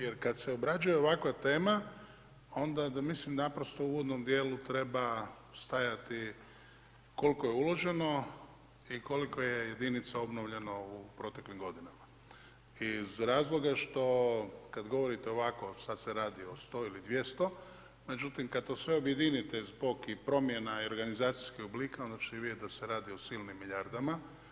Jer kada se obrađuje ovakva tema, onda, mislim, da naprosto u uvodnom dijelu, treba stajati koliko je uloženo, i koliko je jedinica obnovljeno u proteklim godinama, iz razloga što kada govorite o ovako sada se radi o 100 ili 200 međutim, kada to sve objedinite, zbog promjena i organizacijskog oblika, onda ćete vidjeti da se radi o silnim milijardama.